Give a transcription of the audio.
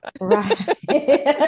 right